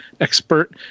expert